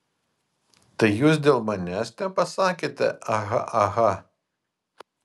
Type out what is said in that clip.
tai jūs dėl manęs nepasakėte aha aha